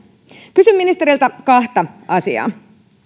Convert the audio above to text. kysyn ministeriltä kahta asiaa